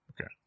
Okay